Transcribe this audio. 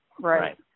Right